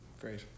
great